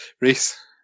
Reese